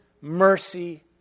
mercy